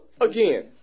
Again